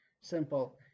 simple